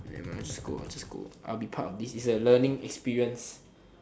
nevermind I'll just go I'll just go I'll be part of this it's a learning experience